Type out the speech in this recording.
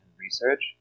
research